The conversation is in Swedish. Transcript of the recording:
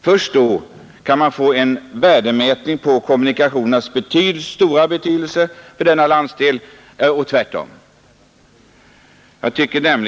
Först då kan man få en värdemätning på kommunikationernas stora betydelse för Norrland.